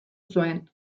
zuen